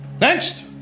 Next